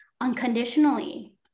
unconditionally